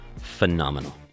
phenomenal